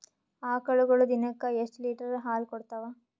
ಆಕಳುಗೊಳು ದಿನಕ್ಕ ಎಷ್ಟ ಲೀಟರ್ ಹಾಲ ಕುಡತಾವ?